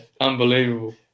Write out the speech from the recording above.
unbelievable